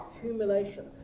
accumulation